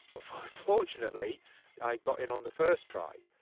ah unfortunately i got in on the first try,